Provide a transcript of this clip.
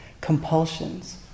compulsions